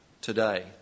today